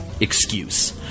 Excuse